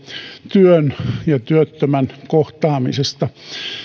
työn ja työttömän kohtaamisesta